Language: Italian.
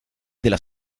della